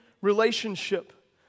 relationship